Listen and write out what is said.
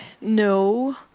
No